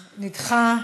נדחתה.